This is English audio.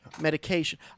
medication